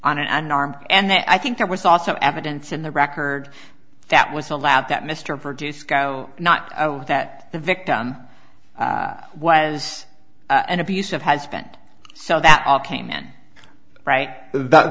an unarmed and then i think there was also evidence in the record that was allowed that mr produce go not that the victim was an abusive husband so that all came then right that